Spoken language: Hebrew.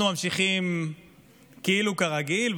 אנחנו ממשיכים כאילו כרגיל,